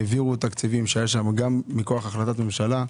העבירו תקציבים שהיה שם גם מכוח החלטת ממשלה.